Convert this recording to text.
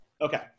Okay